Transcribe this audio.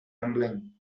rumbling